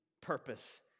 purpose